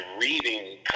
reading